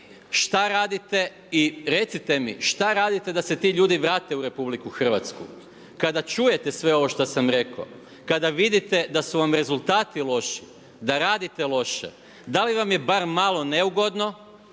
šta radite i recite mi šta radite da se ti ljudi vrate u RH. Kada čujete sve ovo što sam rekao, kada vidite da su vam rezultati loši, da radite loše, da li vam je bar malo neugodno,